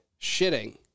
shitting